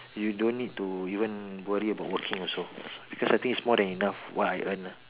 you don't need to even worry about working also because I think it's more than enough what I earn lah